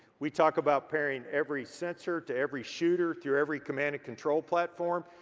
we talk about pairing every sensor to every shooter through every command and control platform.